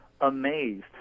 amazed